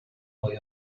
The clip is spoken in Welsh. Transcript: mwy